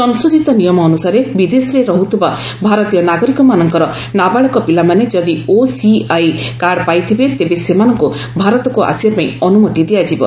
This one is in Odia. ସଂଶୋଧିତ ନିୟମ ଅନୁସାରେ ବିଦେଶରେ ରହୁଥିବା ଭାରତୀୟ ନାଗରିକମାନଙ୍କର ନାବାଳକ ପିଲାମାନେ ଯଦି ଓସିଆଇ କାର୍ଡ ପାଇଥିବେ ତେବେ ସେମାନଙ୍କୁ ଭାରତକୁ ଆସିବା ପାଇଁ ଅନୁମତି ଦିଆଯିବ